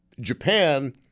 Japan